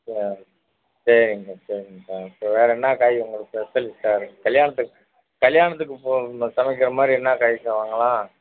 சரி சரிங்க்கா சரிங்க்கா ஓகே வேறு என்ன காய் உங்களுக்கு ஸ்பெஷல் கல்யாணத்துக்கு கல்யாணத்துக்கு உங்களுக்கு சமைக்கிற மாதிரி என்ன காய்க்கா வாங்கலாம்